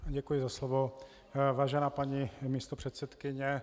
Děkuji za slovo, vážená paní místopředsedkyně.